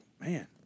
man